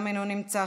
גם אינו נמצא,